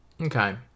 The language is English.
okay